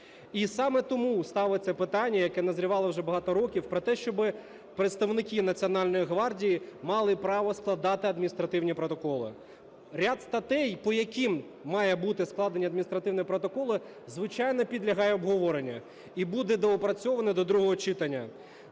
І саме тому ставиться питання, яке назрівало вже багато років, про те, щоб представники Національної гвардії мали право складати адміністративні протоколи. Ряд статей, по яким має бути складено адміністративні протоколи, звичайно, підлягає обговоренню і буде доопрацьовано до другого читання.